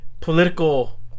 political